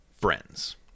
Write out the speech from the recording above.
Friends